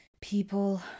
people